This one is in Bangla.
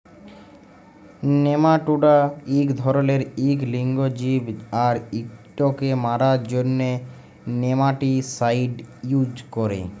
নেমাটোডা ইক ধরলের ইক লিঙ্গ জীব আর ইটকে মারার জ্যনহে নেমাটিসাইড ইউজ ক্যরে